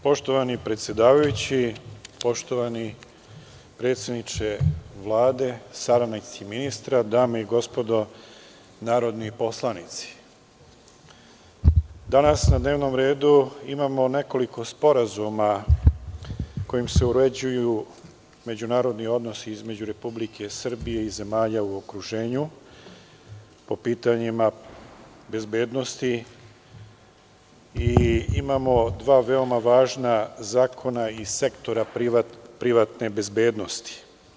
Poštovani predsedavajući, poštovani predsedniče Vlade, saradnici ministra, dame i gospodo narodni poslanici, danas na dnevnom redu imamo nekoliko sporazuma kojima se uređuju međunarodni odnosi između Republike Srbije i zemalja u okruženju, po pitanjima bezbednosti i imamo dva veoma važna zakona iz sektora privatne bezbednosti.